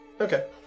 Okay